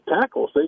tackles